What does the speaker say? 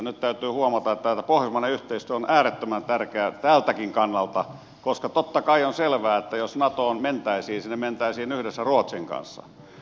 nyt täytyy huomata että pohjoismainen yhteistyö on äärettömän tärkeää tältäkin kannalta koska totta kai on selvää että jos natoon mentäisiin sinne mentäisiin yhdessä ruotsin kanssa